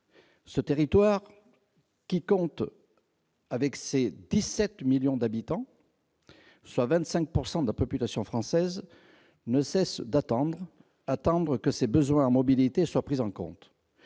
Ce territoire, qui compte 17 millions d'habitants, soit 25 % de la population française, ne cesse d'attendre ... que ses besoins en mobilité soient pris en compte.